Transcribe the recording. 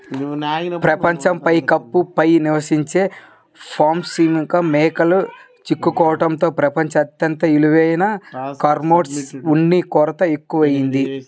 ప్రపంచ పైకప్పు పై నివసించే పాష్మినా మేకలు చిక్కుకోవడంతో ప్రపంచం అత్యంత విలువైన కష్మెరె ఉన్ని కొరత ఎక్కువయింది